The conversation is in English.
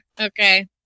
okay